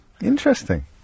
Interesting